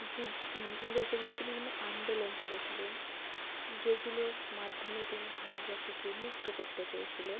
যুদ্ধ ইংরেজদের বিরুদ্ধে বিভিন্ন আন্দোলন করেছিলেন যেগুলোর মাধ্যমে তিনি ভারতবাসীকে মুক্ত করতে চেয়েছিলেন